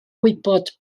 gwybod